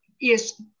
Yes